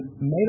made